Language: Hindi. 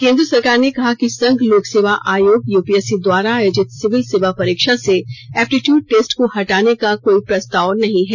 केंद्र सरकार ने कहा कि संघ लोक सेवा आयोग यूपीएससी द्वारा आयोजित सिविल सेवा परीक्षा से एप्टीट्यूड टेस्ट को हटाने का कोई प्रस्ताव नहीं है